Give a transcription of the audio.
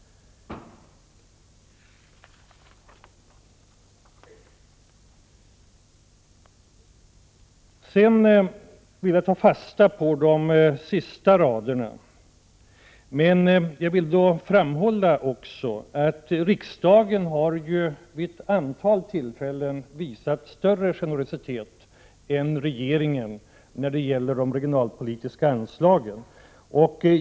Sedan vill jag ta fasta på de sista raderna i arbetsmarknadsministerns svar, men jag vill framhålla att riksdagen vid ett antal tillfällen ju har visat större generositet än regeringen då det gäller de regionalpolitiska anslagen.